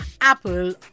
Apple